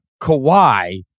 Kawhi